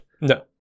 No